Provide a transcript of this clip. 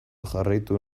jarraitu